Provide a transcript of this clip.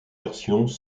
versions